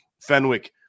Fenwick